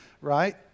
right